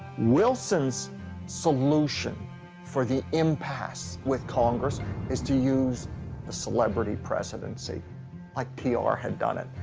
wilson's solution for the impasse with congress is to use the celebrity presidency like t r. had done it.